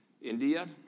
India